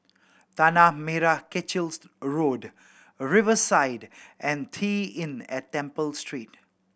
Tanah Merah Kechil Road Riverside and T Inn at Temple Street